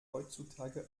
heutzutage